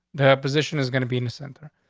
the position is gonna be in the center.